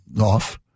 off